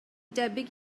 debyg